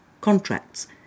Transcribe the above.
contracts